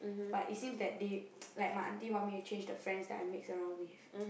but it seems that they like my auntie want me to change the friends that I mix around with